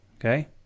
okay